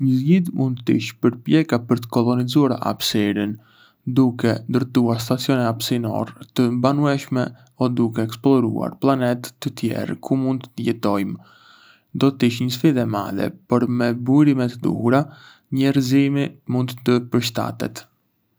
Një zgjidhje mund të ishte përpjekja për të kolonizuar hapësirën, duke ndërtuar stacione hapësinore të banueshme o duke eksploruar planetë të tjerë ku mund të jetojmë. Do të ishte një sfidë e madhe, por me burime të duhura, njerëzimi mund të përshtatet.